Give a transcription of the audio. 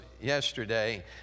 yesterday